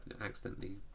accidentally